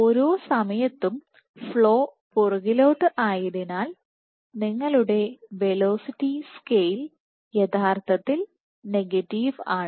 ഓരോ സമയത്തും ഫ്ലോ പുറകിലോട്ട് ആയതിനാൽ നിങ്ങളുടെ വെലോസിറ്റി സ്കെയിൽ യഥാർത്ഥത്തിൽ നെഗറ്റീവ് ആണ്